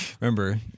Remember